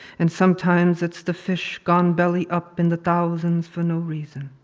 and sometimes it's the fish gone belly-up in the thousands for no reason.